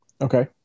Okay